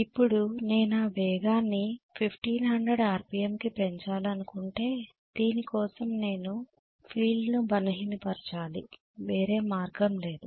ఇప్పుడు నేనా వేగాన్ని 1500 ఆర్పిఎమ్ కి పెంచాలనుకుంటే దీని కోసం నేను ఫీల్డ్ను బలహీనపరచాలి వేరే మార్గం లేదు